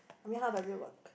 I mean how does it work